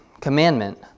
commandment